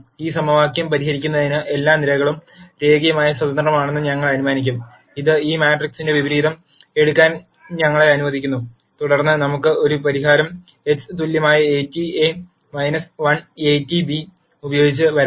ഈ സമവാക്യം പരിഹരിക്കുന്നതിന് എല്ലാ നിരകളും രേഖീയമായി സ്വതന്ത്രമാണെന്ന് ഞങ്ങൾ അനുമാനിക്കും ഇത് ഈ മാട്രിക്സിന്റെ വിപരീതം എടുക്കാൻ ഞങ്ങളെ അനുവദിക്കുന്നു തുടർന്ന് നമുക്ക് ഒരു പരിഹാരം x തുല്യമായ 1 AT b ഉപയോഗിച്ച് വരാം